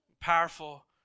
powerful